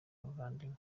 umuvandimwe